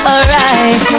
Alright